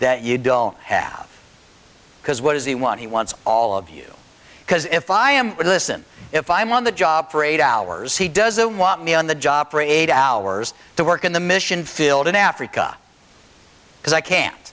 that you do all half because what is the one he wants all of you because if i am listen if i'm on the job for eight hours he doesn't want me on the job for eight hours to work in the mission field in africa because i can't